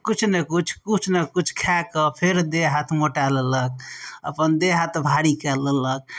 किछु ने किछु किछु ने किछु खाइके फेर देह हाथ मोटा लेलक अपन देह हाथ भारी कए लेलक